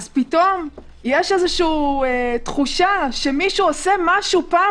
פתאום יש תחושה שמישהו עושה משהו פעם